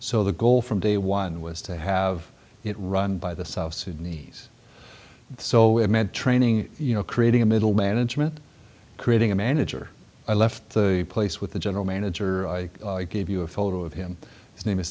so the goal from day one was to have it run by the south sudanese so it meant training you know creating a middle management creating a manager i left the place with the general manager i gave you a photo of him his name is